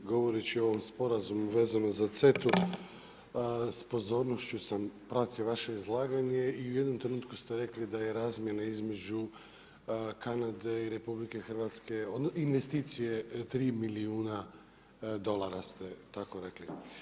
Govoreći o ovom sporazumu vezano za CETA-u s pozornošću sam pratio vaše izlaganje i u jednom trenutku ste rekli da je razmjena između Kanade i RH investicije tri milijuna dolara ste tako rekli.